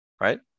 right